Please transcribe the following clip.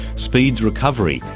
speeds recovery,